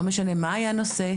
לא משנה מה היה הנושא,